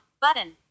button